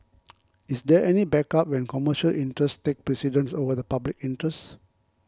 is there any backup when commercial interests take precedence over the public interest